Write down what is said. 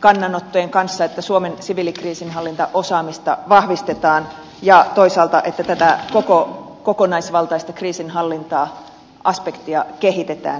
kannanottojen kanssa että suomen siviilikriisinhallintaosaamista vahvistetaan ja toisaalta tätä kokonaisvaltaista kriisinhallinta aspektia kehitetään suomessa